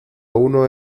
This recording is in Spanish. uno